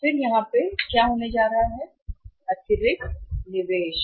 और फिर अतिरिक्त क्या होने जा रहा है यहाँ निवेश